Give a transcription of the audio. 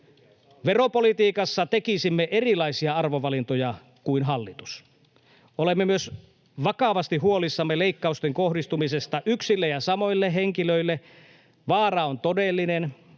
Veropolitiikassa tekisimme erilaisia arvovalintoja kuin hallitus. Olemme myös vakavasti huolissamme leikkausten kohdistumisesta yksille ja samoille henkilöille. Vaara on todellinen,